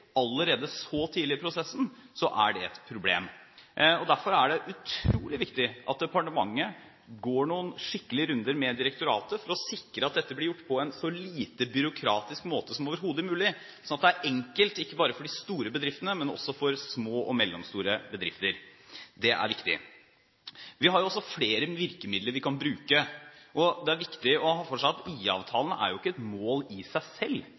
allerede så tidlig i prosessen, er det et problem. Derfor er det utrolig viktig at departementet går noen skikkelige runder med direktoratet for å sikre at dette blir gjort på en så lite byråkratisk måte som overhodet mulig, sånn at det er enkelt ikke bare for de store bedriftene, men også for små og mellomstore bedrifter. Det er viktig. Vi har også flere virkemidler vi kan bruke. Det er viktig å ha klart for seg at IA-avtalen jo ikke er et mål i seg selv.